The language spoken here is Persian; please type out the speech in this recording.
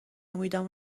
امیدم